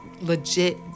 legit